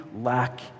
lack